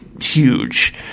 huge